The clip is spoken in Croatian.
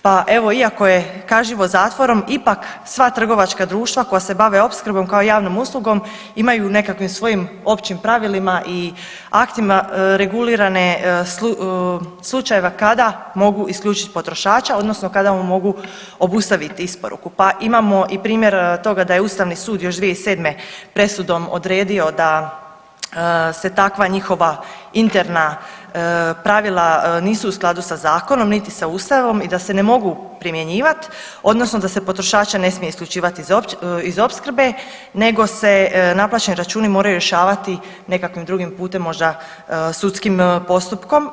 Pa evo iako je kažnjivost zatvorom ipak sva trgovačka društva koja se bave opskrbom kao javnom uslugom imaju u nekakvim svojim općim pravilima i aktima regulirane slučajeve kada mogu isključiti potrošača odnosno kada mu mogu obustaviti isporuku, pa imamo i primjer toga da je Ustavni sud još 2007. presudom odredio da se takva njihova interna pravila nisu u skladu sa zakonom, niti sa Ustavom i da se ne mogu primjenjivati, odnosno da se potrošača ne smije isključivati iz opskrbe nego se naplaćeni računi moraju rješavati nekakvim drugim putem možda sudskim postupkom.